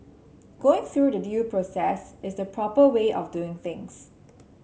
going through the due process is the proper way of doing things